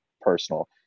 personal